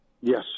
yes